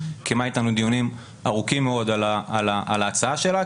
קיימה איתנו דיונים ארוכים מאוד על ההצעה שלה,